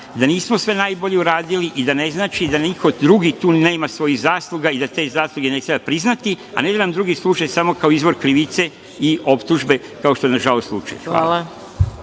da nismo sve najbolje uradili i da ne znači da niko drugi tu nema svojih zasluga i da te zasluge ne treba priznati, a ne da nam drugi služe samo kao izvor krivice i optužbe, kao što je, nažalost, slučaj. Hvala.